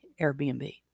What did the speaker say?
Airbnb